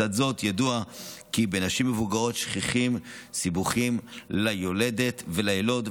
ידוע כי בנשים מבוגרות שכיחים סיבוכים ליולדת וליילוד,